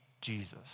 Jesus